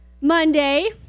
Monday